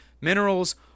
minerals